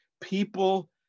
people